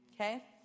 Okay